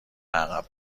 عقب